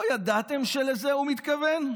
לא ידעתם שלזה הוא מתכוון?